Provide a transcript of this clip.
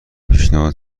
پیشنهاد